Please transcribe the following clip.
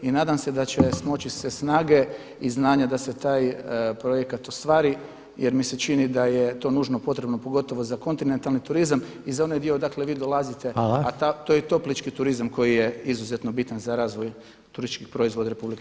I nadam se da će smoći se snage i znanja da se taj projekat ostvari jer mi se čini da je to nužno potrebno pogotovo za kontinentalni turizam i za onaj dio, dakle vi dolazite, a to je toplički turizam koji je izuzetno bitan za razvoj turističkih proizvoda Republike Hrvatske.